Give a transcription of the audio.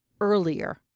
earlier